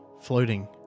floating